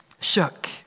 shook